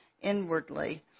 inwardly